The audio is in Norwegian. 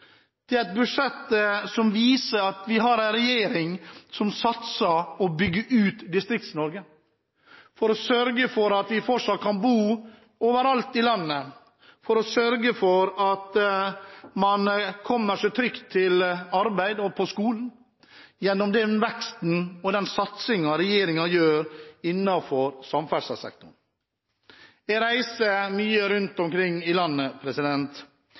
Det er et budsjett som viser at vi har en regjering som satser på og bygger ut Distrikts-Norge, for å sørge for at vi fortsatt kan bo overalt i landet, og for å sørge for at man kommer seg trygt til arbeid og på skolen gjennom den veksten og den satsingen regjeringen gjør innenfor samferdselssektoren. Jeg reiser mye rundt omkring i landet.